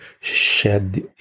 shed